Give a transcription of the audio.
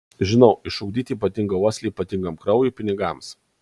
žinau išugdyti ypatingą uoslę ypatingam kraujui pinigams